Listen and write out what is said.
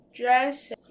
dress